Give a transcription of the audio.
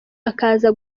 akaza